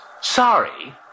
Sorry